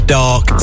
dark